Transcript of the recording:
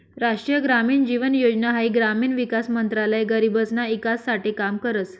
राष्ट्रीय ग्रामीण जीवन योजना हाई ग्रामीण विकास मंत्रालय गरीबसना ईकास साठे काम करस